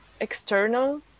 external